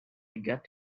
got